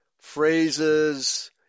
phrases